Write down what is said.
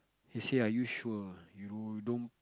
he say are you sure you know you don't